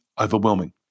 overwhelming